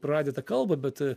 praradę tą kalbą bet